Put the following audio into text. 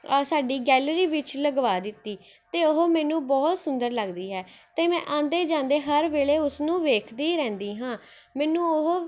ਸਾਡੀ ਗੈਲਰੀ ਵਿੱਚ ਲਗਵਾ ਦਿੱਤੀ ਅਤੇ ਉਹ ਮੈਨੂੰ ਬਹੁਤ ਸੁੰਦਰ ਲੱਗਦੀ ਹੈ ਅਤੇ ਮੈਂ ਆਉਂਦੇ ਜਾਂਦੇ ਹਰ ਵੇਲੇ ਉਸਨੂੰ ਵੇਖਦੀ ਰਹਿੰਦੀ ਹਾਂ ਮੈਨੂੰ ਉਹ